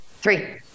three